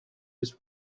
his